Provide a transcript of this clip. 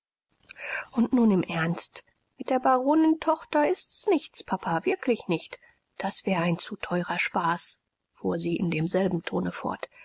und nun im ernst mit der baronin tochter ist's nichts papa wirklich nicht das wäre ein zu teurer spaß fuhr sie in demselben tone fort